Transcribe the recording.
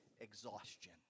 exhaustion